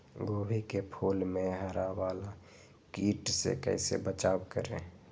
गोभी के फूल मे हरा वाला कीट से कैसे बचाब करें?